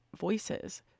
voices